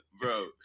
Bro